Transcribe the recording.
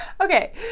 Okay